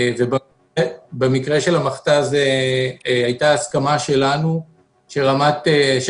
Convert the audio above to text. במקרה של המכת"ז הייתה הסכמה שלנו שסמכות